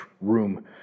room